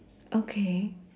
okay